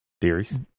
Theories